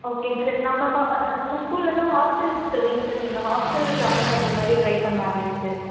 ஓகேங்க சார் நம்ம கா நம்ம ஸ்கூலில் தான் ஹாஸ்ட்டல் இருக்குது இல்லைங்க சார் நீங்கள் ஹாஸ்ட்டல் ஜாயின் பண்ணுற மாதிரி ட்ரை பண்ணலாம் இல்லைங்க சார்